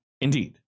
Indeed